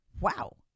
Wow